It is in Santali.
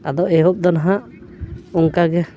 ᱟᱫᱚ ᱮᱦᱚᱵ ᱫᱚ ᱱᱟᱦᱟᱜ ᱚᱱᱠᱟᱜᱮ